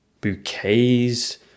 bouquets